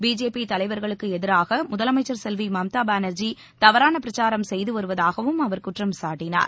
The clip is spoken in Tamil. பிஜேபி தலைவர்களுக்கு எதிராக முதலமைச்சர் செல்வி மம்தா பானர்ஜி தவறான பிரச்சாரம் செய்து வருவதாகவும் அவர் குற்றம் சாட்டினார்